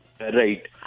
Right